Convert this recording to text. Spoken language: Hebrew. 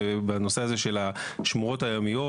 שבנושא הזה של השמורות הימיות,